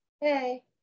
Hey